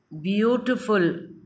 beautiful